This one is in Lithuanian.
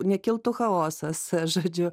nekiltų chaosas žodžiu